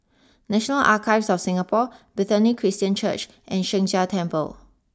National Archives of Singapore Bethany Christian Church and Sheng Jia Temple